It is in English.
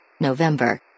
November